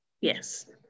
yes